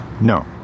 No